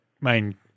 main